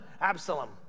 Absalom